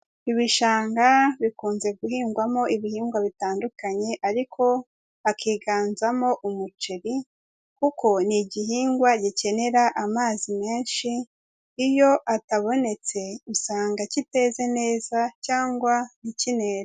Ibishanga bikunze guhingwamo ibihingwa bitandukanye ariko hakiganzamo umuceri, kuko ni igihingwa gikenera amazi menshi, iyo atabonetse usanga kiteze neza cyangwa ntikinere.